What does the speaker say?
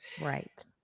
Right